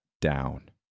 down